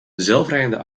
zelfrijdende